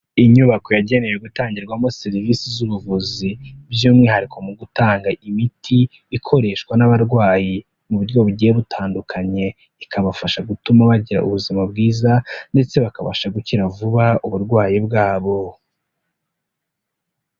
Inyubako yagenewe gutangirwamo serivisi z'ubuvuzi by'umwihariko mu gutanga imiti ikoreshwa n'abarwayi mu buryo bugiye butandukanye, ikabafasha gutuma bagira ubuzima bwiza ndetse bakabasha gukira vuba uburwayi bwabo.